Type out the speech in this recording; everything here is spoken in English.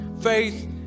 faith